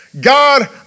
God